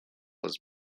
was